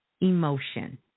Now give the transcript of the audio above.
emotion